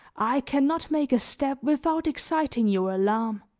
i can not make a step without exciting your alarm.